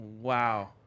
Wow